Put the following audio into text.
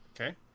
Okay